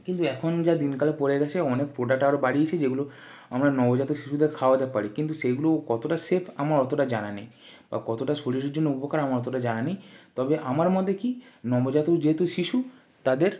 কিন্তু এখন যা দিনকাল পড়ে গিয়েছে অনেক প্রোডাক্ট আরো বাড়িয়েছে যেগুলো আমরা নবজাতক শিশুদের খাওয়াতে পারি কিন্তু সেইগুলো কতটা সেফ আমার অতটা জানা নেই বা কতটা শরীরের জন্য উপকার আমার অতটা জানা নেই তবে আমার মতে কী নবজাতক যেহেতু শিশু তাদের